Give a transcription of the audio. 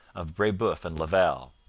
of brebeuf and laval.